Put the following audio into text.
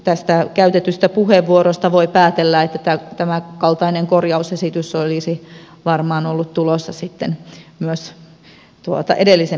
tästä käytetystä puheenvuorosta voi päätellä että tämän kaltainen korjausesitys olisi varmaan ollut tulossa sitten myös edellisen ministerin vastaamana